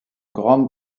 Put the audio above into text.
grande